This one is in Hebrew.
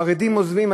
חרדים עוזבים,